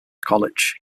college